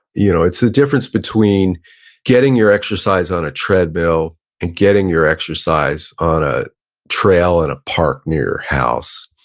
you know it's the difference between getting your exercise on a treadmill and getting your exercise on a trail in a park near your house.